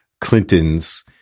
Clinton's